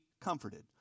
comforted